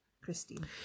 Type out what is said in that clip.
Christine